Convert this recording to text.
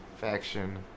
faction